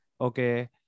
okay